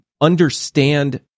understand